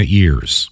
years